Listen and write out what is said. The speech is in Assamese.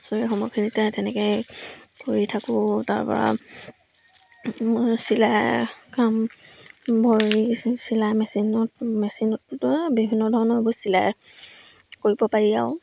আজৰি সময়খিনিতে তেনেকৈ কৰি থাকোঁ তাৰ পৰা মই চিলাই কাম ভৰি চিলাই মেচিনত মেচিনতো বিভিন্ন ধৰণৰ এইবোৰ চিলাই কৰিব পাৰি আৰু